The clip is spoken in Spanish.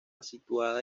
situada